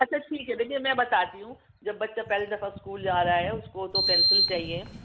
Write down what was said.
اچھا ٹھیک ہے دیکھئے میں بتاتی ہوں جب بچہ پہلی دفعہ اسکول جا رہا ہے اس کو تو پینسل چاہئے